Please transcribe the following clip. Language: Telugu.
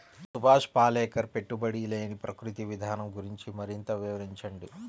సుభాష్ పాలేకర్ పెట్టుబడి లేని ప్రకృతి విధానం గురించి మరింత వివరించండి